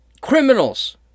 criminals